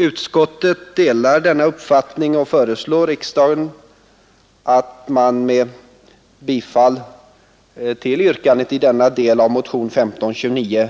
Utskottet delar denna uppfattning och föreslår riksdagen att vad utskottet anfört i anledning av motionens yrkande i denna del bör riksdagen